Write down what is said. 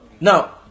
Now